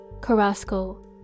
Carrasco